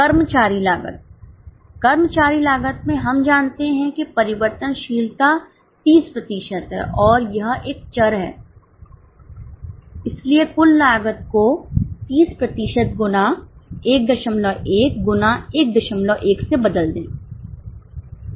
कर्मचारी लागत कर्मचारी लागत में हम जानते हैं कि परिवर्तनशीलता 30 प्रतिशत है और यह एक चर है इसलिए कुल लागत को 30 प्रतिशत गुना 11 गुना 11 से बदल दें